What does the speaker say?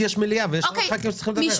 יש מליאה ויש עוד ח"כים שצריכים לדבר.